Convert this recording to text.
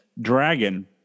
Dragon